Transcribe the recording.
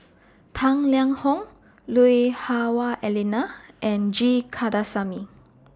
Tang Liang Hong Lui Hah Wah Elena and G Kandasamy